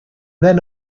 then